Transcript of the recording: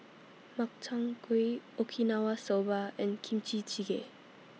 Makchang Gui Okinawa Soba and Kimchi Jjigae